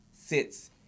sits